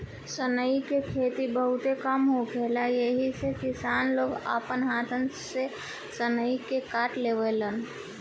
सनई के खेती बहुते कम होखेला एही से किसान लोग आपना हाथ से सनई के काट लेवेलेन